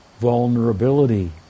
vulnerability